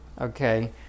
okay